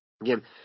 Again